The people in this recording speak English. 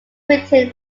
written